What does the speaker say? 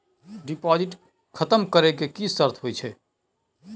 Deposit खतम करे के की सर्त होय छै?